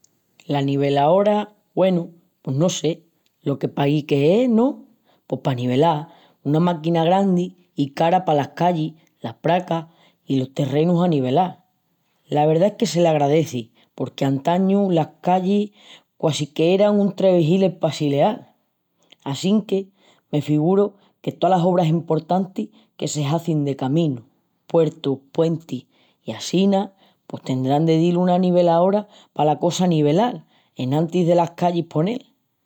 L'anivelaora, güenu, pos, no sé, lo que pahi que es, no? Pos pa anivelal, una máquina grandi i cara palas callis, las praças i los terrenus anivelal. La verdá es que s'agraleci porque antañu las callis quasi qu'era un trebejil el passileal. Assinque me figuru que tolas obras emportantis que se hazin de caminus, puertus, puentis i assína pos tendrá de dil una anivelaora pala cosa anivelal enantis delas callis ponel.